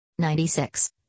96